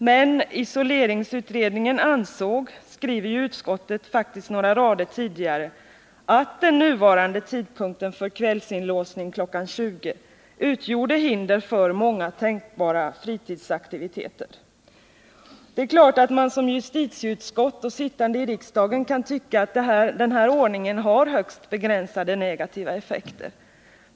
Men utskottet skriver självt några rader tidigare att isoleringsutredningen ansåg att den nuvarande tidpunkten för kvällsinlåsningen, kl. 20.00, utgjorde hinder för många tänkbara fritidsaktiviteter. Det är klart att man som ledamot av justitieutskottet och som riksdagsledamot kan tycka att den här ordningen har högst begränsade negativa effekter.